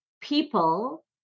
people